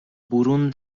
برون